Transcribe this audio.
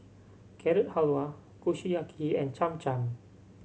Carrot Halwa Kushiyaki and Cham Cham